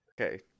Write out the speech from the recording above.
Okay